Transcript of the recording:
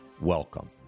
Welcome